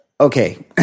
Okay